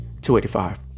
285